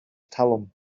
talwm